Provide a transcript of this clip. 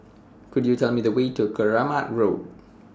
Could YOU Tell Me The Way to Keramat Road